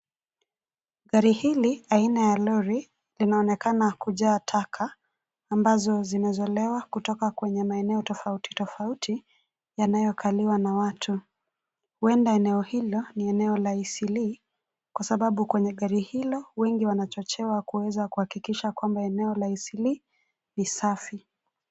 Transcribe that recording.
Gari hili aina ya lori, linaonekana kujaa taka, ambazo zinazolewa kutoka kwenye maeneo tofauti tofauti, yanayokaliwa na watu, huenda eneo hilo, ni eneo la Eastleigh , kwa sababu kwenye gari hilo, wengi wanachochewa kuweza kuhakikisha kwamba eneo la Eastleigh ,ni safi.